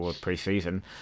pre-season